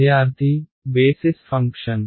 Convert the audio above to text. విద్యార్థి basis function